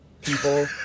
people